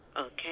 Okay